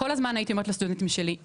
כל הזמן הייתי אומרת לסטודנטים שלי,